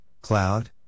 cloud